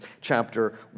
chapter